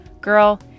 Girl